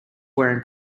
wearing